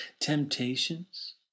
temptations